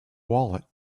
wallet